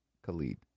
Khalid